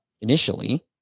initially